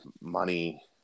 money